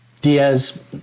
Diaz